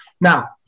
Now